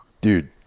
dude